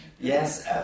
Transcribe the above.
Yes